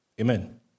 Amen